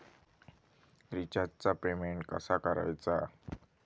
रिचार्जचा पेमेंट कसा करायचा?